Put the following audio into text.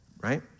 Right